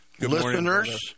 listeners